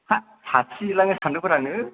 हा सासि जोबनासो थांगोब्रा नों